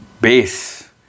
base